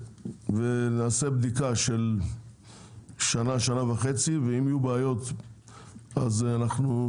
ונעשה בדיקה של שנה-שנה וחצי ואם יהיו בעיות אז אנחנו,